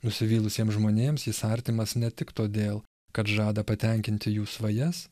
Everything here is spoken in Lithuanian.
nusivylusiems žmonėms jis artimas ne tik todėl kad žada patenkinti jų svajas